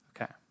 okay